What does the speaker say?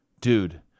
dude